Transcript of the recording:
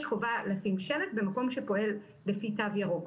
יש חובה לשים שלט במקום שפועל לפי תו ירוק,